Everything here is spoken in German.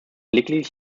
lediglich